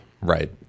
Right